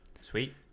Sweet